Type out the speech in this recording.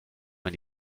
man